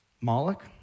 Moloch